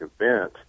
event